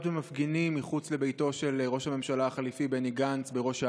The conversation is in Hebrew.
ומפגינים מחוץ לביתו של ראש הממשלה החליפי בני גנץ בראש העין.